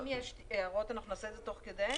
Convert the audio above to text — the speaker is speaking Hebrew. אם יש הערות אנחנו נעשה את זה תוך כדי?